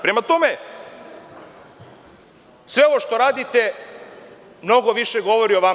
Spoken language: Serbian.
Prema tome, sve ovo što radite mnogo više govori o vama.